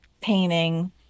painting